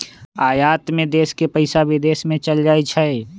आयात में देश के पइसा विदेश में चल जाइ छइ